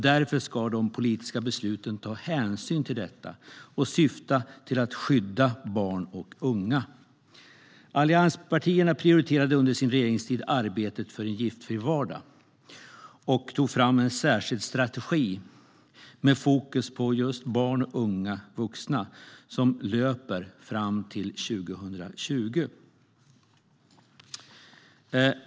Därför ska de politiska besluten ta hänsyn till detta och syfta till att skydda barn och unga. Allianspartierna prioriterade under sin regeringstid arbetet för en giftfri vardag och tog fram en särskild strategi som har fokus på barn och unga vuxna och som löper fram till 2020.